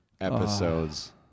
Episodes